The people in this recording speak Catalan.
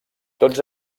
tots